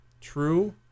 True